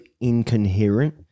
incoherent